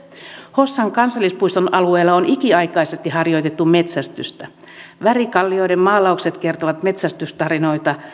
hossan kansallispuiston alueella on ikiaikaisesti harjoitettu metsästystä värikallioiden maalaukset kertovat metsästystarinoita